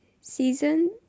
season